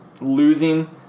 losing